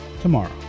tomorrow